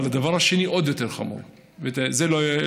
אבל הדבר השני עוד יותר חמור, ואנשים